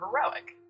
heroic